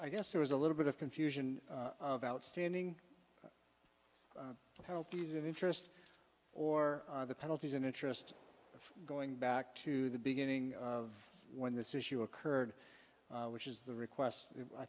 i guess there was a little bit of confusion about standing to help these of interest or the penalties and interest of going back to the beginning of when this issue occurred which is the request i